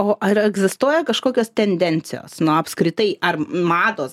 o ar egzistuoja kažkokios tendencijos na apskritai ar mados